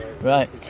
Right